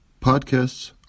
Podcasts